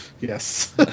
Yes